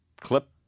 clip